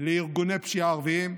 לארגוני פשיעה ערביים.